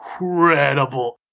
incredible